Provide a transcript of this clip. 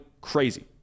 crazy